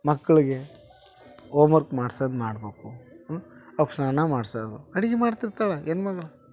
ಮಕ್ಳಿಗೆ ಓಮ್ವರ್ಕ್ ಮಾಡ್ಸೋದ್ ಮಾಡ್ಬೇಕು ಅವ್ಕೆ ಸ್ನಾನ ಮಾಡಿಸೋದು ಅಡ್ಗೆ ಮಾಡ್ತಿರ್ತಾಳೆ ಹೆಣ್ಮಗಳು